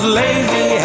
lazy